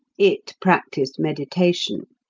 it practised meditation.